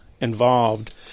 involved